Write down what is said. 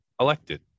elected